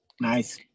nice